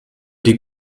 die